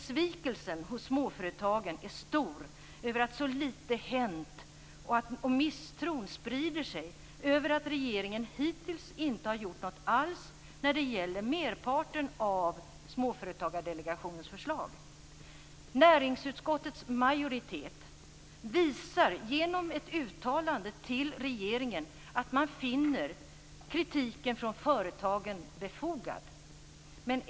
Besvikelsen hos småföretagen är stor över att så lite hänt, och misstron sprider sig över att regeringen hittills inte har gjort någonting alls när det gäller merparten av Småföretagsdelegationens förslag. Näringsutskottets majoritet visar genom ett uttalande till regeringen att man finner kritiken från företagen befogad.